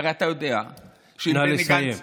הרי אתה יודע שאם בני גנץ, נא לסיים.